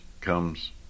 comes